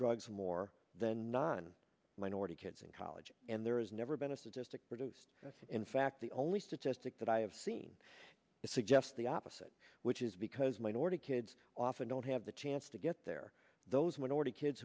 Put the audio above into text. drugs more than non minority kids in college and there has never been a statistic produced in fact the only statistic that i have seen suggests the opposite which is because minority kids often don't have the chance to get there those minority kids